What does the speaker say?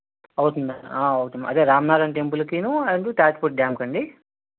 అవుతుంది అవుతుంది అదే రామనాదన్ టెంపుల్ కు ను అండ్ తాటిపూడి డ్యామ్ కు అండి